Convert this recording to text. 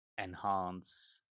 enhance